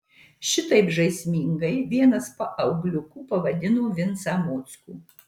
šitaip žaismingai vienas paaugliukų pavadino vincą mockų